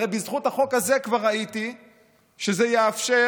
הרי בזכות החוק הזה כבר ראיתי שזה יאפשר